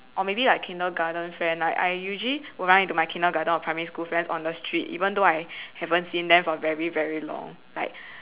or maybe like kindergarten friend like I usually will run into my kindergarten or primary school friends on the street even though I haven't seen them for a very very long like